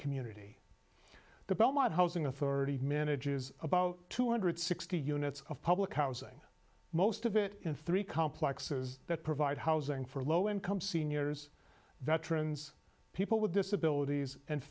community the belmont housing authority manages about two hundred sixty units of public housing most of it in three complexes that provide housing for low income seniors veterans people with disabilities and